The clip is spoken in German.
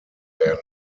werden